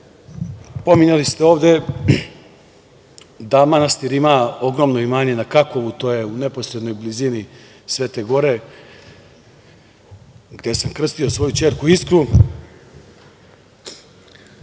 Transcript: pominjali ste ovde da manastir ima ogromno imanje na Kakovu, to je u neposrednoj blizini Svete Gore gde sam krstio svoju ćerku Iskru